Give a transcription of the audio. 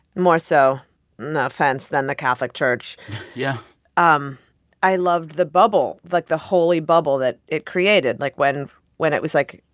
more so no offense than the catholic church yeah um i loved the bubble, like the holy bubble that it created. like, when when it was, like,